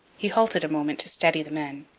he halted a moment, to steady the men,